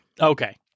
Okay